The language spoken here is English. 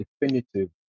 definitive